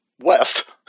West